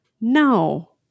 No